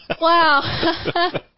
wow